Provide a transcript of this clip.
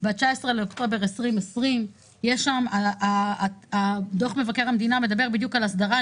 ב-19 באוקטובר 2020. דוח מבקר המדינה מדבר בדיוק על הסדרה,